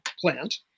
plant